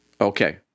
Okay